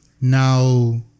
Now